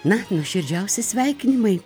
na nuoširdžiausi sveikinimai